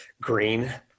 green